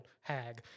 hag